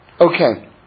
Okay